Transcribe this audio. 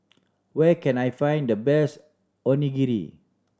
where can I find the best Onigiri